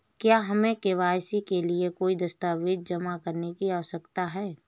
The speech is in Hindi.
क्या हमें के.वाई.सी के लिए कोई दस्तावेज़ जमा करने की आवश्यकता है?